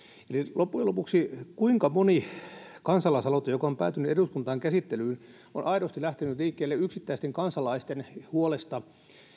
loppujen lopuksi kuinka moni kansalaisaloite joka on päätynyt eduskuntaan käsittelyyn on aidosti lähtenyt liikkeelle yksittäisten kansalaisten huolesta